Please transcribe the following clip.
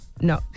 No